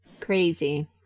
Crazy